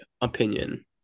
opinion